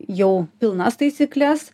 jau pilnas taisykles